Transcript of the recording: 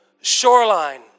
shoreline